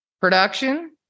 Production